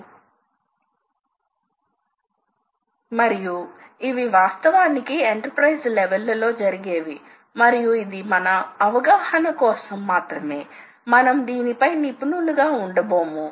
అందుకే మనం servo motor drive లు DC డ్రైవ్ లు స్టెప్పేర్ మోటార్ లేదా AC డ్రైవ్లను ఉపయోగిస్తాము చాలా పెద్ద యంత్రాల కోసం మీరు హైడ్రాలిక్ డ్రైవ్ లను కూడా ఉపయోగించవచ్చు